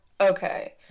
Okay